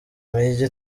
mijyi